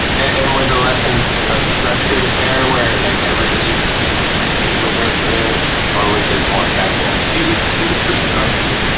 and were the lessons a structured affair where like every week, you'd meet with her for this or was it more casual? it was it was pretty structured.